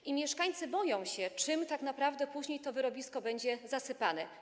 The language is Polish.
I mieszkańcy boją się, czym tak naprawdę później to wyrobisko będzie zasypane.